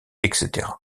etc